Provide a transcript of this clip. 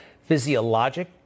physiologic